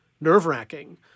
nerve-wracking